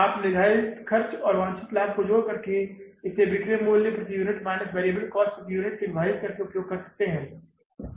आप निर्धारित खर्च और वांछित लाभ को जोड़कर इसे विक्रय मूल्य प्रति यूनिट माइनस वैरिएबल कॉस्ट प्रति यूनिट द्वारा विभाजित करके उपयोग कर सकते हैं